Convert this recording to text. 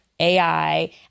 AI